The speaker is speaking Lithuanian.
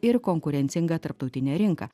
ir konkurencingą tarptautinę rinką